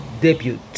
debut